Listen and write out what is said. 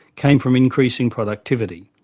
came from increase in productivity.